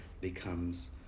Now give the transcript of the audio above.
becomes